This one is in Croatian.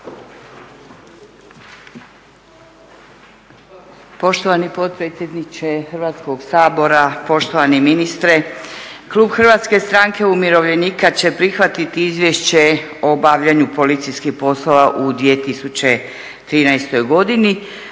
Poštovani potpredsjedniče Hrvatskog sabora, poštovani ministre. Klub HSU-a će prihvatiti izvješće o obavljanju policijskih poslova u 2013. godini.